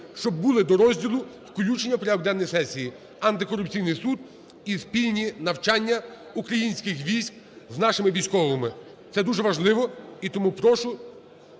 щоб були до розділу "включення у порядок денний сесії", антикорупційний суд і спільні навчання українських військ з нашими військовими. Це дуже важливо і тому прошу